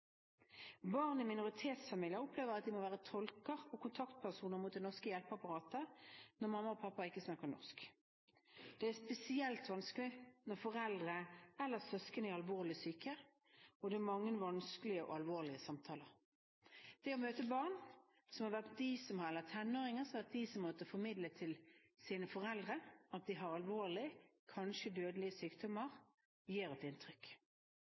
Barn i minoritetsfamilier opplever at de må være tolker og kontaktpersoner mot det norske hjelpeapparatet når mamma og pappa ikke snakker norsk. Det er spesielt vanskelig når foreldre eller søsken er alvorlig syke, og det er mange og alvorlige samtaler. Det å møte barn eller tenåringer som har vært dem som har måttet formidle til sine foreldre at de har alvorlig – kanskje dødelige – sykdommer, gir inntrykk.